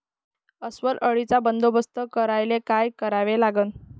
अस्वल अळीचा बंदोबस्त करायले काय करावे लागन?